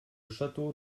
château